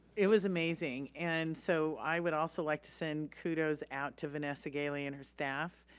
it was amazing and so i would also like to send kudos out to vanessa gailey and her staff.